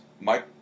Mike